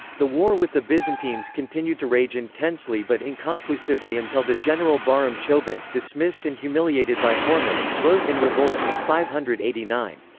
the war with the byzantines continued to rage intensely but inconclusively until the general bahram chobin, dismissed and humiliated by hormizd, rose in revolt in five hundred and eighty nine.